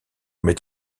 met